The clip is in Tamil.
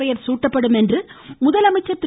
பெயர் சூட்டப்படும் என்று முதலமைச்சர் திரு